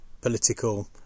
political